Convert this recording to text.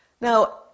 Now